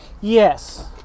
Yes